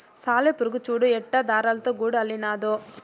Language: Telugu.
సాలెపురుగు చూడు ఎట్టా దారాలతో గూడు అల్లినాదో